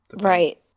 Right